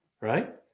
right